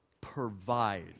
provide